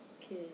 Kids